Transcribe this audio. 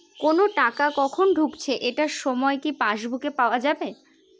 কোনো টাকা কখন ঢুকেছে এটার সময় কি পাসবুকে পাওয়া যাবে?